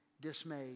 dismayed